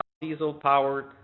diesel-powered